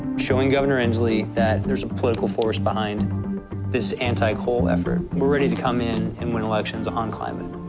showing governor inslee that there's a political force behind this anti-coal effort. we're ready to come in and win elections on climate.